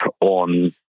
on